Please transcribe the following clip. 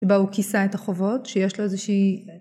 ובו הוא כיסה את החובות שיש לו איזה שהיא